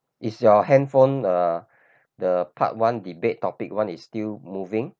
is your handphone uh the part one debate topic one is still moving